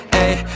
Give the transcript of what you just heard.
ayy